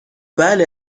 بله